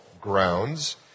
grounds